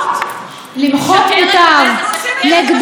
חברת הכנסת נחמיאס ורבין, איילת.